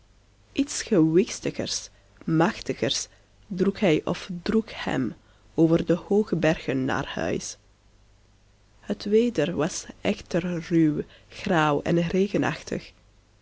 gewichtigers machtigers droeg hij of droeg hem over de hooge bergen naar huis het weder was echter ruw grauw en